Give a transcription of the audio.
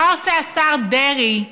מה עושה השר דרעי,